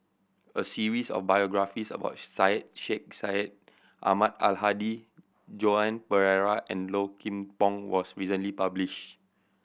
a series of biographies about Syed Sheikh Syed Ahmad Al Hadi Joan Pereira and Low Kim Pong was recently publish